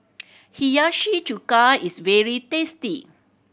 Hiyashi Chuka is very tasty